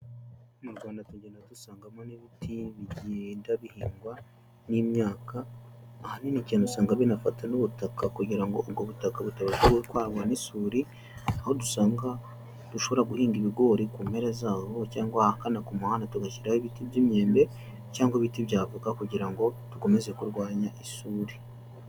Mu Rwanda tugenda dusangamo n'ibiti, bigenda bihingwa n'imyaka. Ahanini cyane usanga binafata n'ubutaka kugira ngo ubwo butaka butabasha n'isuri. Aho dusanga, dushobora guhinga ibigori ku mpera zabwo, cyangwa ahagana ku muhanda tugashyiraho ibiti by'imyembe, cyangwa ibiti bya voka kugira ngo, dukomeze kurwanya isuri.